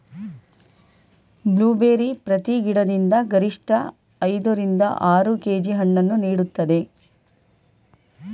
blueberry ಪ್ರತಿ ಗಿಡದಿಂದ ಗರಿಷ್ಠ ಐದ ರಿಂದ ಆರು ಕೆ.ಜಿ ಹಣ್ಣನ್ನು ನೀಡುತ್ತದೆ